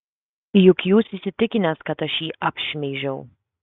juk jūs įsitikinęs kad aš jį apšmeižiau